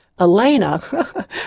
Elena